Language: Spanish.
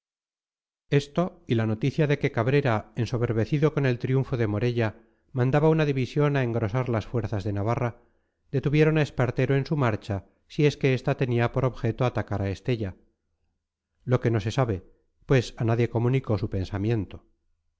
esto y la noticia de que cabrera ensoberbecido con el triunfo de morella mandaba una división a engrosar las fuerzas de navarra detuvieron a espartero en su marcha si es que esta tenía por objeto atacar a estella lo que no se sabe pues a nadie comunicó su pensamiento